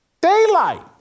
daylight